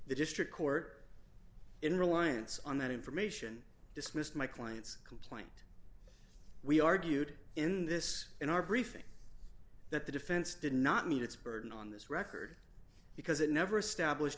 district court in reliance on that information dismissed my client's complaint we argued in this in our briefing that the defense did not meet its burden on this record because it never estab